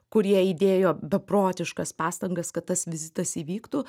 kurie įdėjo beprotiškas pastangas kad tas vizitas įvyktų